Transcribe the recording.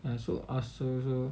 and so ah so so